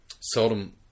seldom